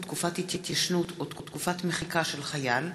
תקופת התיישנות או תקופת מחיקה של חייל),